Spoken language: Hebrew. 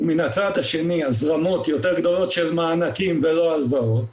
ומן הצד השני הזרמות יותר גדולות של מענקים ולא הלוואות,